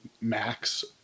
max